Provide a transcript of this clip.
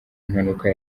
mpanuka